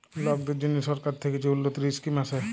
লকদের জ্যনহে সরকার থ্যাকে যে উল্ল্যতির ইসকিম আসে